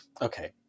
okay